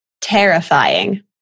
Terrifying